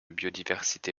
biodiversité